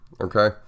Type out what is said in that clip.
okay